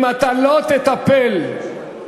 אם אתה לא תטפל בדיור,